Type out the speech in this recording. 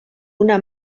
una